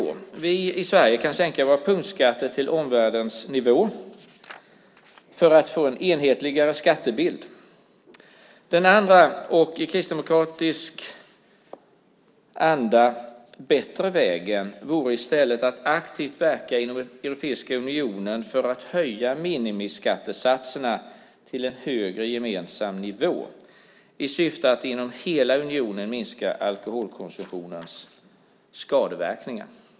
Den ena vägen är att vi i Sverige kan sänka våra punktskatter till nivån i omvärlden för att få en enhetligare skattebild. Den andra, i kristdemokratisk anda bättre, vägen vore att i stället aktivt verka inom Europeiska unionen för en höjning av minimiskattesatserna till en högre gemensam nivå i syfte att inom hela unionen minska alkoholkonsumtionens skadeverkningar.